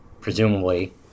presumably